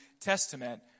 Testament